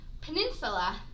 Peninsula